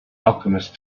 alchemist